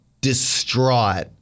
distraught